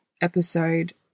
episode